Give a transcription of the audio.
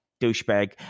douchebag